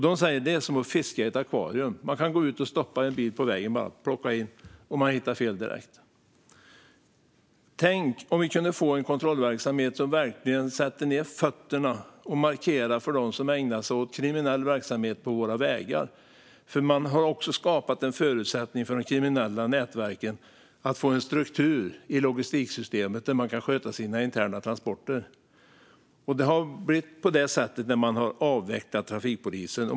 De säger att det är som att fiska i ett akvarium. De kan gå ut på vägen, stoppa och plocka in, och de hittar fel direkt. Tänk om vi kunde få en kontrollverksamhet som verkligen sätter ned foten och markerar för dem som ägnar sig åt kriminell verksamhet på våra vägar. Man har skapat en förutsättning för de kriminella nätverken att få en struktur i logistiksystemet där de kan sköta sina interna transporter. Det har blivit på det sättet när man har avvecklat trafikpolisen.